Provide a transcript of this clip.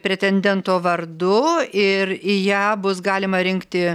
pretendento vardu ir į ją bus galima rinkti